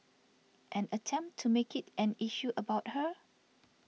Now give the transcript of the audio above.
and attempt to make it an issue about her